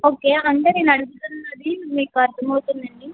okay అనంటే నేను అడుగుతున్నది మీకు అర్దమవుతుందా అండి